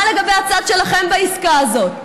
מה לגבי הצד שלכם בעסקה הזאת?